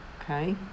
Okay